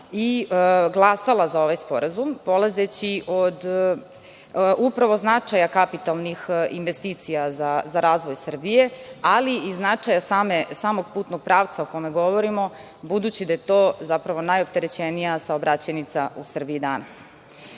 i glasala za ovaj sporazum polazeći od značaja kapitalnih investicija za razvoj Srbije, ali i značaja samog putnog pravca o kome govorimo, budući da je to zapravo najoopterećenija saobraćajnica u Srbiji